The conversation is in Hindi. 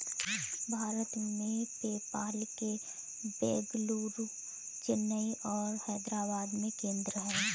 भारत में, पेपाल के बेंगलुरु, चेन्नई और हैदराबाद में केंद्र हैं